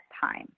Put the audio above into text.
time